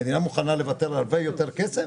המדינה מוכנה לוותר על הרבה יותר כסף